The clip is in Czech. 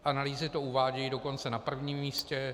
Analýzy to uvádějí dokonce na prvním místě.